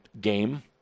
game –